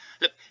Look